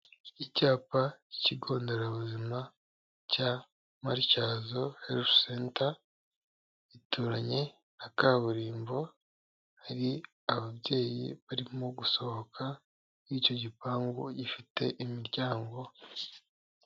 Icyapa cy'ikigo nderabuzima cya Matyazo health center, gituranye na kaburimbo, hari ababyeyi barimo gusohoka muri icyo gipangu gifite imiryango.